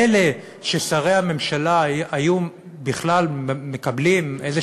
מילא ששרי הממשלה היו בכלל מקבלים איזו